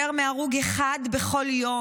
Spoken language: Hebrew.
יותר מהרוג אחד בכל יום.